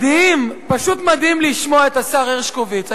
מדהים, פשוט מדהים לשמוע את השר הרשקוביץ.